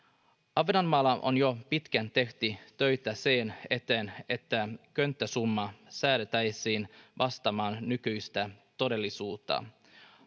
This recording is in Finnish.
ahvenanmaalla on jo pitkään tehty töitä sen eteen että könttäsumma säädettäisiin vastaamaan nykyistä todellisuutta